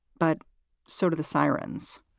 but so do the sirens